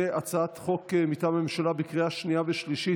להצעת חוק מטעם הממשלה לקריאה שנייה ושלישית,